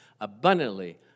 abundantly